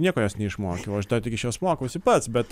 nieko jos neišmokiau aš dar tik iš jos mokausi pats bet